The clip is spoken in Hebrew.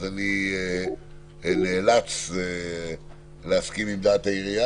אז אני נאלץ להסכים עם דעת העירייה